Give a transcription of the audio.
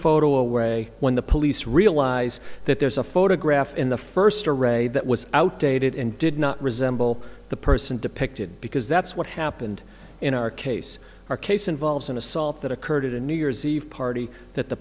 photo away when the police realize that there's a photograph in the first or a that was outdated and did not resemble the person depicted because that's what happened in our case our case involves an assault that occurred a new year's eve party that the